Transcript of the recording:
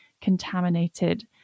contaminated